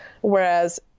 Whereas